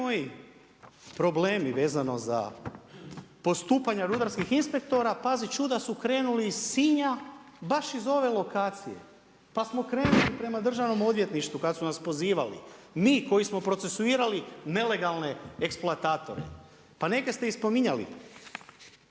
problemi vezano za postupanja rudarskih inspektora, pazi čuda su krenuli iz Sinja baš iz ove lokacije, pa smo krenuli prema Državnom odvjetništvu kad su nas pozivali. Mi koji smo procesuirali nelegalne eksploatatore. Pa neke ste i spominjali.